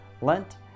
Lent